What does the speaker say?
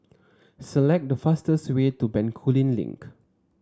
select the fastest way to Bencoolen Link